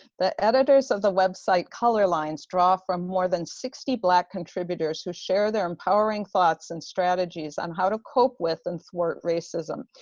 the editors of the website color lines draw from more than sixty black contributors who share their empowering thoughts and strategies on how to cope with and thwart racism.